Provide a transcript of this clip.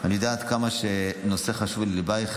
אני יודע עד כמה שהנושא חשוב לליבך,